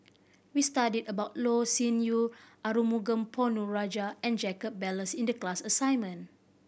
we studied about Loh Sin Yun Arumugam Ponnu Rajah and Jacob Ballas in the class assignment